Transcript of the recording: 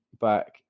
back